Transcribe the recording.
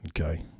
Okay